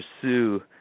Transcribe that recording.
pursue